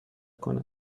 کنم